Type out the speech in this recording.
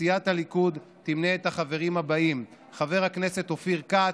סיעת הליכוד תמנה את החברים האלה: חבר הכנסת אופיר כץ,